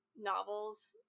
novels